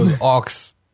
ox